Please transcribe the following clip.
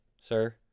sir